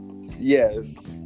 Yes